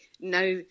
now